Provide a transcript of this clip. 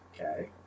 Okay